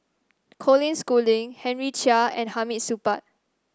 Colin Schooling Henry Chia and Hamid Supaat